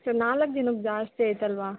sir ನಾಲ್ಕು ದಿನಕ್ಕೆ ಜಾಸ್ತಿ ಆಯಿತಲ್ವಾ